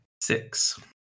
six